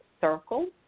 Circle